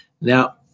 Now